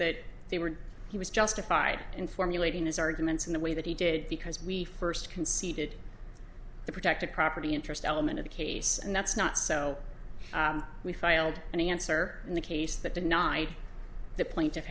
that they were he was justified in formulating his arguments in the way that he did because we first conceded the protected property interest element of the case and that's not so we filed an answer in the case that denied the plaint